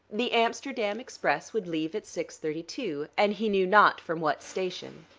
the amsterdam express would leave at six thirty two, and he knew not from what station.